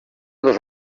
dos